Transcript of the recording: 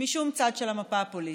משום צד של המפה הפוליטית.